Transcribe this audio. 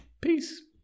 peace